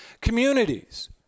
communities